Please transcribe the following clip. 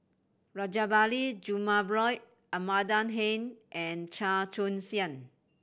Rajabali Jumabhoy Amanda Heng and Chua Joon Siang